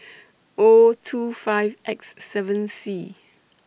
O two five X seven C